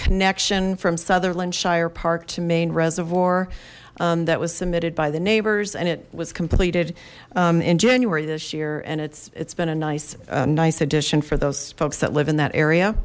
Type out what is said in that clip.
connection from sutherland shire park to main reservoir that was submitted by the neighbors and it was completed in january this year and it's it's been a nice nice addition for those folks that live in that area